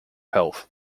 health